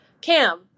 Cam